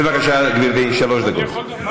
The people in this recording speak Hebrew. בבקשה, גברתי, שלוש דקות.